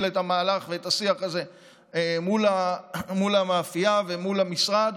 את המהלך ואת השיח הזה מול המאפייה ומול המשרד.